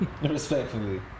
Respectfully